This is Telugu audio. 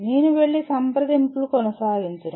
నేను వెళ్లి సంప్రదింపులు కొనసాగించను